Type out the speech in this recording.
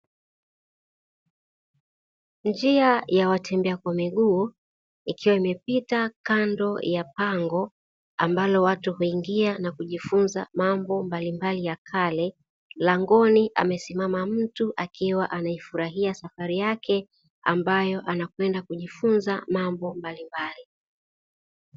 Njia ya watembea kwa miguu ikiwa imepita kando ya pango ambalo watu huingia na kujifunza mambo mbalimbali ya kale langoni amesimama mtu akiwa anaifurahia safari yake ambayo anakwenda kujifunza mambo mbalimbali.